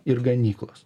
ir ganyklos